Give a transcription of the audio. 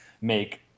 make